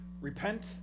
Repent